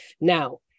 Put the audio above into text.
Now